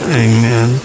amen